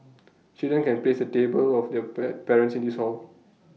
children can place A table of their pre parents in this hall